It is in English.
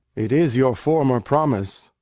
it is your former promise.